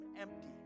empty